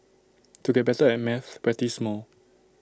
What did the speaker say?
to get better at maths practise more